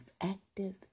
active